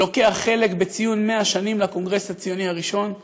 ולוקח חלק בציון 100 שנים לקונגרס הציוני הראשון,